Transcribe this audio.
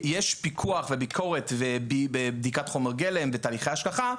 יש פיקוח וביקורת ובדיקת חומר גלם ותהליכי השגחה,